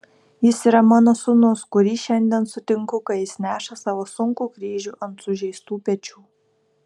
jis yra mano sūnus kurį šiandien sutinku kai jis neša savo sunkų kryžių ant sužeistų pečių